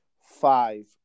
five